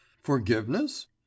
…'Forgiveness